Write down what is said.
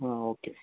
okay